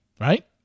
right